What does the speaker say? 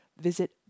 Visit